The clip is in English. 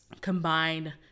combine